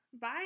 Bye